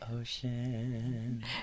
ocean